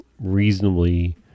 reasonably